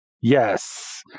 Yes